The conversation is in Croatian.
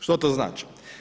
Što to znači?